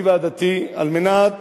על מנת